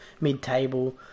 mid-table